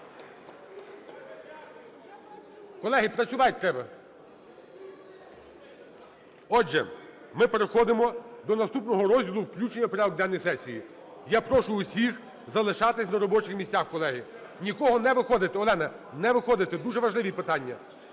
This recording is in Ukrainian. Колеги, працювати треба! Отже, ми переходимо до наступного розділу – "включення у порядок денний сесії". Я прошу всіх залишатися на робочих місцях, колеги, нікому не виходити! Олено, не виходити! Дуже важливі питання: